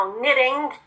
knitting